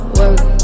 work